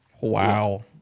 Wow